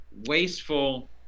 wasteful